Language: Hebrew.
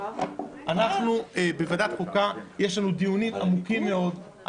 אנחנו בוועדת החוקה יש לנו דיונים עמוקים מאוד.